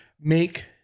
make